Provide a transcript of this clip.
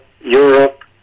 Europe